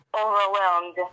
overwhelmed